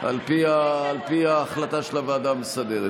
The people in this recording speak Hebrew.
על פי ההחלטה של הוועדה המסדרת.